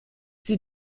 sie